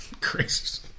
crazy